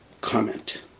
comment